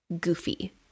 goofy